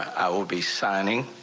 i will be signing.